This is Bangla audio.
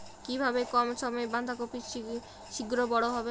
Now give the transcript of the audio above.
কিভাবে কম সময়ে বাঁধাকপি শিঘ্র বড় হবে?